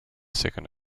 second